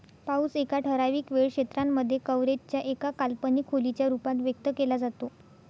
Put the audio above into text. पाऊस एका ठराविक वेळ क्षेत्रांमध्ये, कव्हरेज च्या एका काल्पनिक खोलीच्या रूपात व्यक्त केला जातो